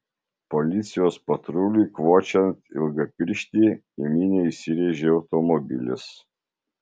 policijos patruliui kvočiant ilgapirštį į minią įsirėžė automobilis